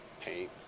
Paint